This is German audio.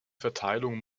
verteilung